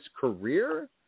career